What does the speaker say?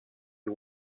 you